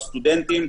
הוא הסטודנטים.